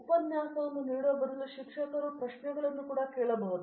ಉಪನ್ಯಾಸವನ್ನು ನೀಡುವ ಬದಲು ಶಿಕ್ಷಕರು ಕೂಡ ಪ್ರಶ್ನೆಗಳನ್ನು ಕೇಳಬಹುದು